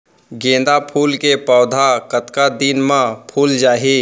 गेंदा फूल के पौधा कतका दिन मा फुल जाही?